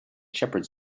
shepherds